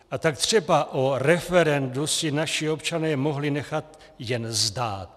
A tak třeba o referendu si naši občané mohli nechat jen zdát.